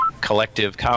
collective